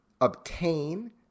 obtain